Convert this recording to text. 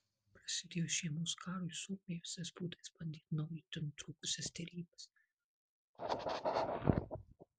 prasidėjus žiemos karui suomiai visais būdais bandė atnaujinti nutrūkusias derybas